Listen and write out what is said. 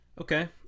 Okay